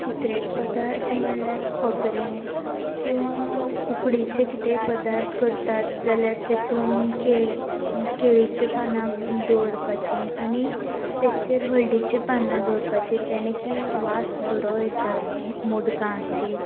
secret पदार्थ म्हणल्यार खोबरें किंवा उकडीचे कितेय पदार्थ करतात जाल्यार तातूंत केळ केळींची पानां दवरपाचीं आनी तेचेर हळदीची पानां दवरपाचीं जेणे की वास बरो येता मुदगांत बी